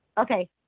Okay